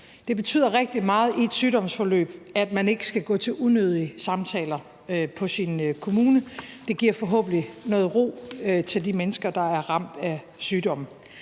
Det betyder rigtig meget i et sygdomsforløb, at man ikke skal gå til unødige samtaler hos kommunen. Det giver forhåbentlig noget ro til de mennesker, der er ramt af sygdom.